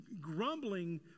Grumbling